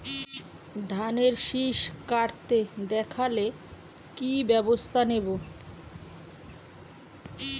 ধানের শিষ কাটতে দেখালে কি ব্যবস্থা নেব?